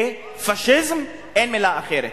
זה פאשיזם, אין מלה אחרת.